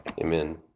Amen